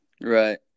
Right